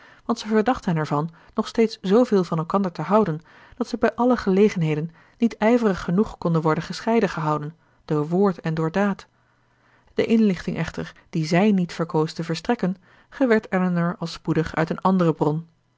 want zij verdacht hen ervan nog steeds zooveel van elkander te houden dat zij bij alle gelegenheden niet ijverig genoeg konden worden gescheiden gehouden door woord en door daad de inlichting echter die zij niet verkoos te verstrekken gewerd elinor al spoedig uit een andere bron